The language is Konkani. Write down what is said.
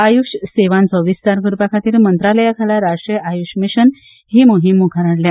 आय्श सेवांचो विस्तार करपाखातीर मंत्रालयाखाला राश्ट्रीय आय्श मिशन ही मोहीम मुखार हाडल्या